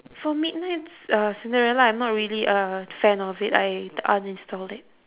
for midnight-c~ uh cinderella I'm not really a fan of it I uninstalled it